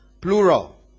plural